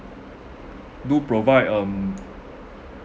do provide um